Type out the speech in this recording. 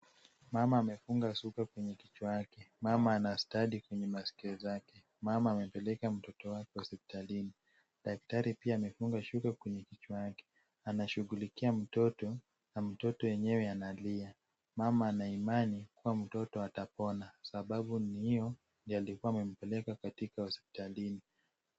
Mama amefunga shuka kwenye kichwa yake. Mama ana stadi kwenye masikio zake. Mama amepeleka mtoto wake hospitalini. Daktari pia amefunga shuka kwenye kichwa chake. Anashughulikia mtoto na mtoto yenyewe analia. Mama ana imani kuwa mtoto atapona. Sababu ni hio ndio alikuwa amempeleka katika hospitalini.